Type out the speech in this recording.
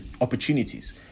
opportunities